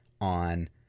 on